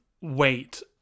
wait